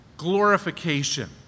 glorification